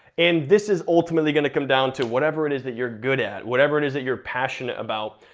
and this is ultimately gonna come down to whatever it is that you're good at, whatever it is that you're passionate about,